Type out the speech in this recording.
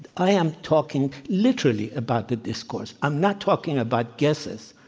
i am talking literally about the discourse. i'm not talking about guesses.